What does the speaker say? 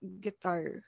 guitar